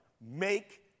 Make